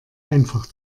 einfach